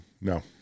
No